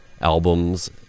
albums